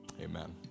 amen